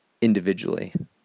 individually